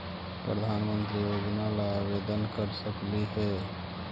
प्रधानमंत्री योजना ला आवेदन कर सकली हे?